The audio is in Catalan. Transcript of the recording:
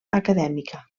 acadèmica